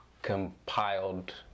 compiled